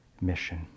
mission